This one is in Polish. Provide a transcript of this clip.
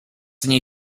nie